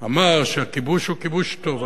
אמר שהכיבוש הוא כיבוש טוב.